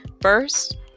First